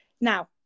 Now